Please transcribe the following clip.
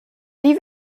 wie